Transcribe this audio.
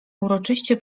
uroczyście